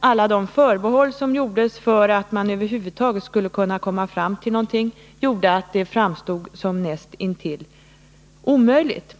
alla de förbehåll som gjordes för att man över huvud taget skulle komma fram till någonting gjorde att det framstod som näst intill omöjligt.